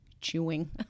chewing